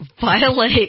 violate